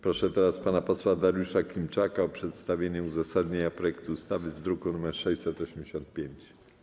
Proszę teraz pana posła Dariusza Klimczaka o przedstawienie uzasadnienia projektu ustawy z druku nr 685.